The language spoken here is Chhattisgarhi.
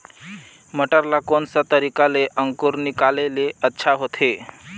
मटर ला कोन सा तरीका ले अंकुर निकाले ले अच्छा होथे?